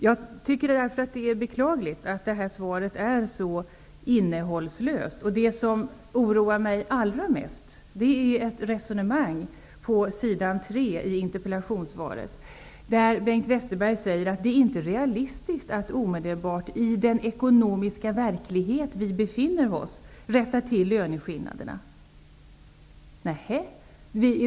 Det är därför beklagligt att svaret är så innehållslöst. Det som oroar mig allra mest är ert resonemang i interpellationssvaret att det inte är realistiskt att omedelbart, i den ekonomiska verklighet som vi befinner oss i, rätta till löneskillnaderna.